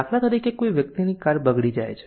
દાખલા તરીકે કોઈ વ્યક્તિની કાર બગડી જાય છે